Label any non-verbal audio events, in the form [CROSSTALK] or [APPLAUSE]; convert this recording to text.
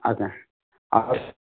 ଆଜ୍ଞା [UNINTELLIGIBLE]